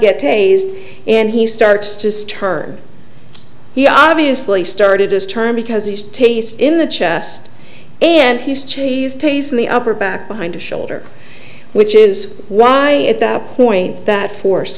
get tase and he starts just turn he obviously started his term because he's taste in the chest and he's cheese taste in the upper back behind the shoulder which is why at that point that force